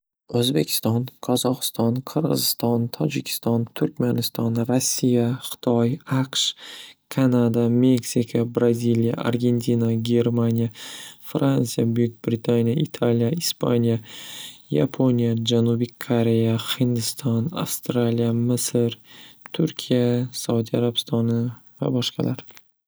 O'zbekiston, Qozog'iston, Qirg'iziston, Tojikiston, Turkmaniston, Rossiya, Xitoy, Aqsh, Kanada, Meksika, Braziliya, Argentina, Germaniya, Fransiya, Buyuk britaniya, Italiya, Ispaniya, Yaponiya, Janubiy koreya, Hindiston, Avstraliya, Misr, Turkiya, Saudiya arabistoni va boshqalar.